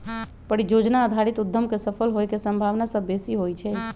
परिजोजना आधारित उद्यम के सफल होय के संभावना सभ बेशी होइ छइ